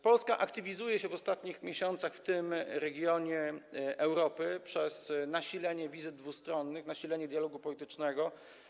Polska aktywizuje się w ostatnich miesiącach w tym regionie Europy przez nasilenie wizyt dwustronnych, nasilenie dialogu politycznego.